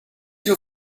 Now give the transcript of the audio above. your